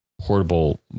portable